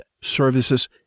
Services